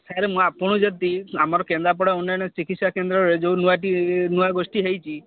ସାର ମୁଁ ଆପଣଙ୍କୁ ଯଦି ଆମର କେନ୍ଦ୍ରାପଡ଼ା ଉନ୍ନୟନ ଚିକିତ୍ସା କେନ୍ଦ୍ରରେ ଯେଉଁ ନୂଆଟି ନୂଆ ଗୋଷ୍ଠୀ ହୋଇଛି